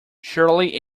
surely